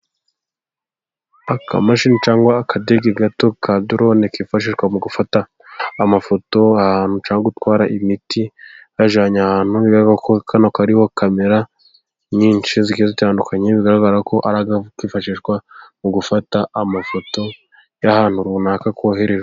Akamashini cyangwa akadege gato ka dorone, kifashishwa mu gufata amafoto, ahantu cyangwa gutwara imiti kayijyanye ahantu, kano kariho kamera nyinshi zitandukanye, bigaragara ko ari agafu kifashishwa mu gufata amafoto y'ahantu runaka koherejwe.